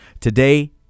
Today